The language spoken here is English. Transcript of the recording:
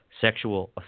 sexual